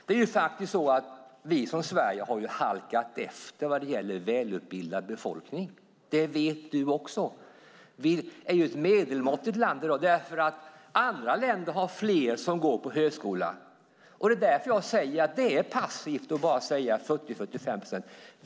Det är faktiskt så att Sverige har halkat efter vad gäller välutbildad befolkning. Det vet du också. Vi är ett medelmåttigt land i dag därför att andra länder har fler som går på högskola. Det är därför jag säger att det är passivt att bara tala om 40-45 procent.